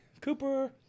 Cooper